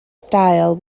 style